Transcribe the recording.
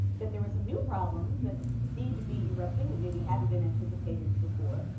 that there were some new problems that seemed to be erupting that maybe hadn't been anticipated before,